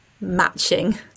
matching